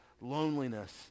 loneliness